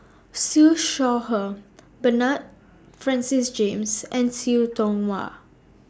Siew Shaw Her Bernard Francis James and Siu Tong Wah